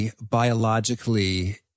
biologically